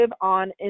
on